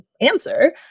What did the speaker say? answer